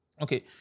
okay